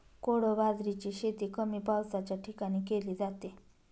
कोडो बाजरीची शेती कमी पावसाच्या ठिकाणी केली जाते